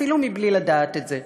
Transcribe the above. אפילו בלי לדעת את זה,